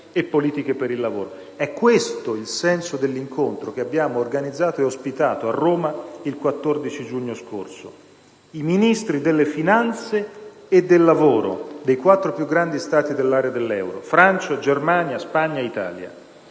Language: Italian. e politiche per il lavoro. È questo il senso dell'incontro che abbiamo organizzato e ospitato a Roma il 14 giugno scorso, presenti i Ministri delle finanze e del lavoro dei quattro più grandi Stati dell'area dell'euro: Francia, Germania, Spagna e Italia.